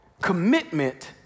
Commitment